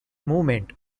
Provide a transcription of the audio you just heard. movement